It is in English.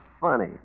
funny